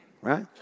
Right